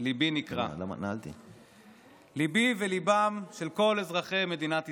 ליבי נקרע, ליבי וליבם של כל אזרחי מדינת ישראל,